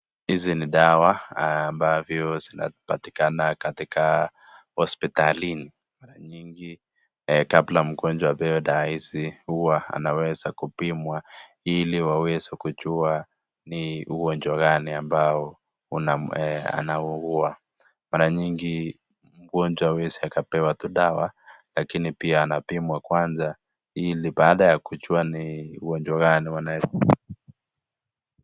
Hizi ni dawa ambavyo inapatikana katika hospitalini mara nyingi kabla mgonjwa apewe dawa hizi huwa anaweza kupimwa ili aweze kujua ni ugonjwa gani ambao anaua. Mara nyingi mgonjwa hawezi akapewa to dawa lakini pia anapimwa kwanza ili baada ya kujua ni ugonjwa gani wanaweza.